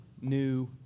new